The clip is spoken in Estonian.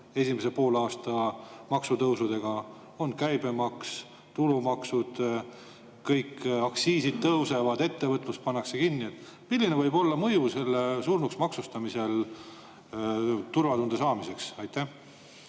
esimese poolaasta maksutõusudega? Käibemaks, tulumaks, kõik aktsiisid tõusevad, ettevõtlus pannakse kinni. Milline võib olla selle surnuks maksustamise mõju turvatunde saamisele? Aitäh,